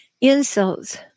insults